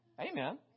Amen